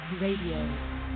Radio